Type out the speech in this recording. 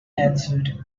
answered